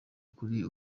kuri